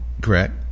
Correct